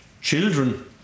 children